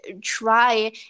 try